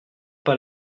pas